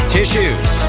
Tissues